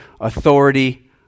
authority